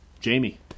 Jamie